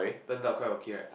turned out quite okay right